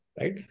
Right